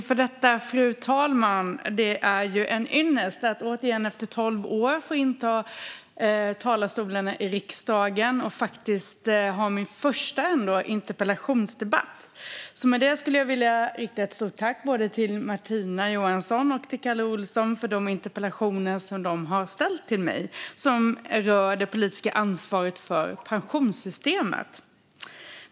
Fru talman! Det är en ynnest att återigen efter tolv år få inta talarstolen i riksdagen och faktiskt ha min första interpellationsdebatt. Jag riktar ett stort tack till Martina Johansson och Kalle Olsson för de interpellationer som de har ställt till mig om det politiska ansvaret för pensionssystemet.